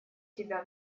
тебя